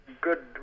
good